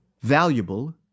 valuable